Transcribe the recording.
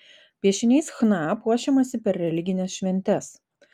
piešiniais chna puošiamasi per religines šventes